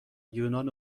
یونان